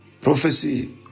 prophecy